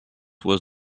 was